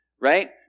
right